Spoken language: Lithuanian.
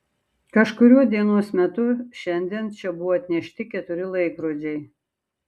kažkuriuo dienos metu šiandien čia buvo atnešti keturi laikrodžiai